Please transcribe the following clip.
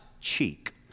cheek